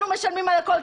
אנחנו משלמים על הכל.